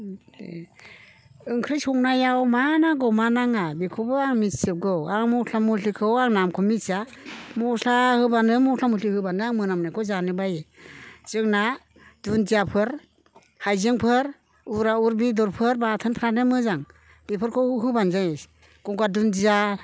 ओंख्रि संनायाव मा नांगौ मा नाङा बेखौबो आं मिनथि जोबगौ आं मस्ला मस्लिखौ आं नामखौ मिनथिया मस्ला होबानो मस्ला मस्लि होबानो आं मोनामनायखौ जानो बायो जोंना दुनदियाफोर हायजेंफोर उराऊर बेदरफोर बाथोनफ्रानो मोजां बेफोरखौ होबानो जायो गंगार दुनदिया